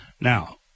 Now